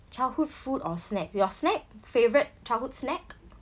childhood food or snack your snack favourite childhood snack